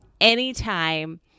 anytime